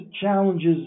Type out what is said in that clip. challenges